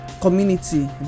community